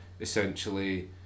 essentially